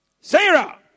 Sarah